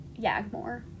yagmore